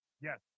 Yes